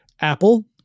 Apple